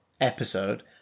episode